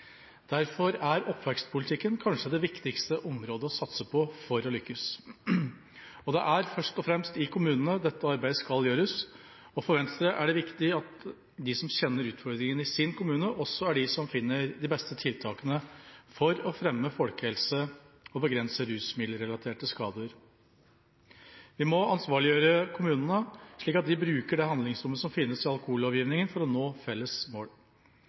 Derfor er oppvekstpolitikken kanskje det viktigste området å satse på for å lykkes. Det er først og fremst i kommunene dette arbeidet skal gjøres. For Venstre er det viktig at de som kjenner utfordringene i sin kommune, også er de som finner de beste tiltakene for å fremme folkehelse og begrense rusmiddelrelaterte skader. Vi må ansvarliggjøre kommunene, slik at de bruker det handlingsrommet som finnes i alkohollovgivningen, til å nå felles mål.